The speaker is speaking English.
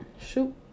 shoot